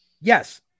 Yes